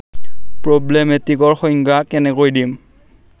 প্ৰব্লেমেটিকৰ সংজ্ঞা কেনেকৈ দিম